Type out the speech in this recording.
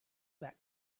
that